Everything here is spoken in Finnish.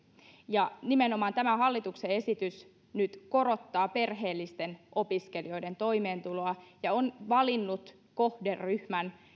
ja nimenomaan tämä hallituksen esitys nyt korottaa perheellisten opiskelijoiden toimeentuloa ja on valinnut kohderyhmän